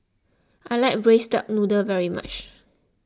I like Braised Duck Noodle very much